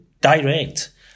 direct